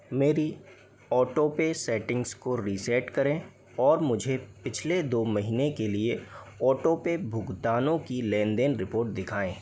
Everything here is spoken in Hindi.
मेरी ऑटो पे सेटिंग्स को रीसेट करें और मुझे पिछले दो महीने के लिए ऑटो पे भुगतानों की लेनदेन रिपोर्ट दिखाएँ